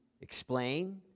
explain